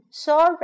saw